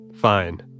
Fine